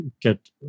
get